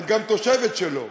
את גם תושבת שלו.